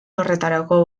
horretarako